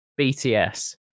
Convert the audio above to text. BTS